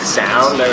sound